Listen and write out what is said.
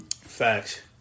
Facts